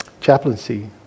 chaplaincy